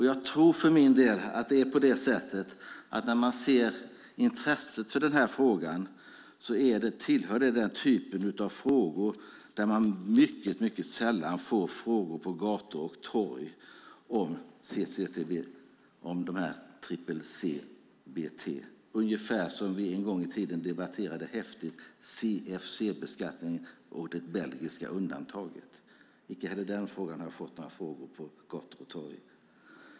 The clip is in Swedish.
Jag tror för min del att detta tillhör den typ av frågor som man mycket sällan får frågor om på gator och torg. Det är ungefär som när vi en gång i tiden häftigt debatterade CFC-beskattningen och det belgiska undantaget. Icke heller den frågan har jag fått några frågor om på gator och torg.